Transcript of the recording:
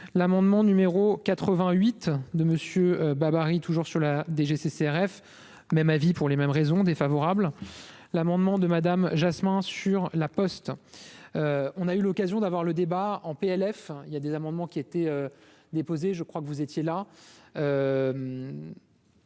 l'amendement numéro 88 de monsieur babary, toujours sur la DGCCRF même avis pour les mêmes raisons défavorable, l'amendement de Madame Jasmin sur La Poste, on a eu l'occasion d'avoir le débat en PLF il y a des amendements qui étaient déposées, je crois que vous étiez là